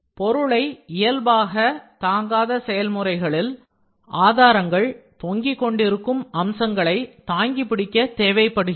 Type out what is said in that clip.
பொருளை இயல்பாக தாங்காத செயல்முறைகளில் செயற்கையாக ஆதாரங்கள் தொங்கிக்கொண்டிருக்கும் அம்சங்களை தாங்கிப்பிடிக்க தேவைப்படுகின்றன